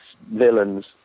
villains